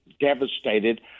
devastated